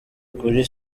kuri